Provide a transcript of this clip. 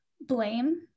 blame